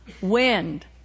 wind